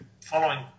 following